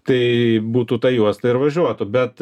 tai būtų ta juosta ir važiuotų bet